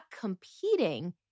competing